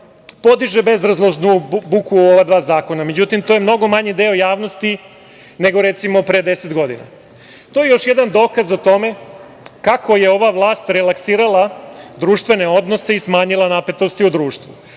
podiže bezrazložnu buku o ova dva zakona, međutim to je mnogo manji deo javnosti, nego recimo pre 10 godina. To je još jedan dokaz tome kako je ova vlast relaksirala društvene odnose i smanjila napetosti u društvu.